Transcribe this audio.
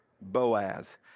Boaz